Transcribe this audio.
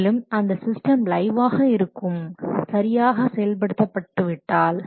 மேலும் அந்த சிஸ்டம் லைவாக இருக்கும் சரியாக செயல்படுத்தப்பட்டு விட்டால்